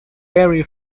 very